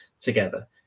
together